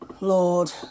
Lord